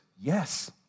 yes